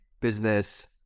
business